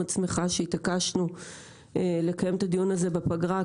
מאוד שמחה שהתעקשנו לקיים את הדיון הזה בפגרה,